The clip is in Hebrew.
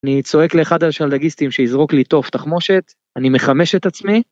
אני צועק לאחד השלדגיסטים שיזרוק לי תוף תחמושת, אני מחמש את עצמי